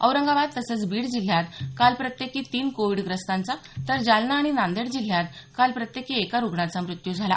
औरंगाबाद तसंच बीड जिल्ह्यात काल प्रत्येकी तीन कोविडग्रस्तांचा तर जालना आणि नांदेड जिल्ह्यात काल प्रत्येकी एका रुग्णाचा मृत्यू झाला